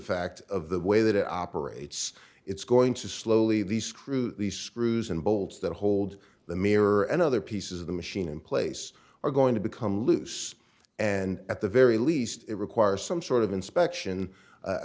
fact of the way that it operates it's going to slowly the screw the screws and bolts that hold the mirror and other pieces of the machine in place are going to become loose and at the very least require some sort of inspection i